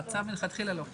הצו מלכתחילה לא צו.